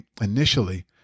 initially